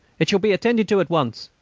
it shall be attended to at once.